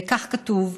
וכך כתוב: